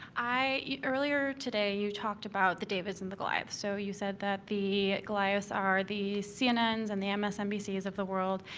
earlier today, you talked about the davids and the goliaths. so you said that the goliaths are the cnns and the msnbcs of the world,